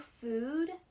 food